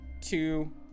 two